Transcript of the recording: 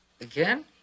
Again